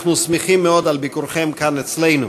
אנחנו שמחים מאוד על ביקורכם כאן אצלנו.